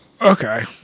Okay